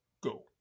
go